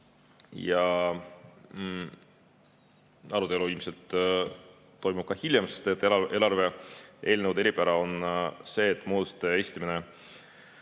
Arutelu ilmselt toimub ka hiljem, sest eelarve eelnõude eripära on see, et muudatuste esitamine